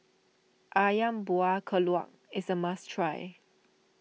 Ayam Buah Keluak is a must try